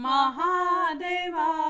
Mahadeva